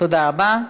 תודה רבה.